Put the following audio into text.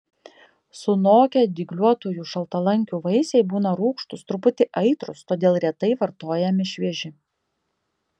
sunokę dygliuotųjų šaltalankių vaisiai būna rūgštūs truputį aitrūs todėl retai vartojami švieži